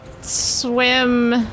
swim